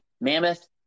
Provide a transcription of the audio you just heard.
Mammoth